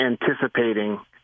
anticipating